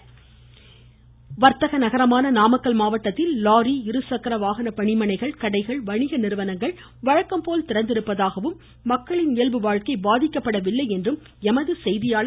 இதனிடையே வர்த்தக நகரமான நாமக்கல் மாவட்டத்தில் லாரி இருசக்கர வாகன பனிமணைகள் கடைகள் வணிக நிறுவனங்கள் வழக்கம் போல் திறந்திருப்பதாகவும் மக்களின் இயல்பு வாழ்க்கை பாதிக்கப்படவில்லை என்றும் எமது செய்தியாளர்